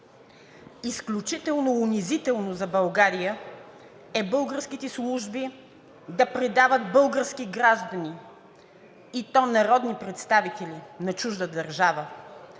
Изключително унизително за България е българските служби да предават български граждани, и то народни представители, на чужда държава,